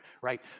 right